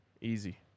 Easy